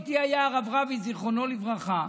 איתי היה הרב רביץ, זיכרונו לברכה.